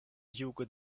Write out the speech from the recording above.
jugo